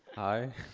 i.